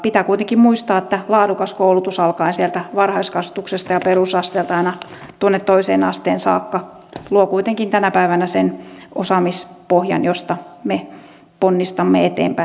pitää kuitenkin muistaa että laadukas koulutus alkaen sieltä varhaiskasvatuksesta ja perusasteelta aina tuonne toiseen asteeseen saakka luo kuitenkin tänä päivänä sen osaamispohjan josta me ponnistamme eteenpäin